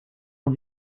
ont